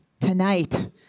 tonight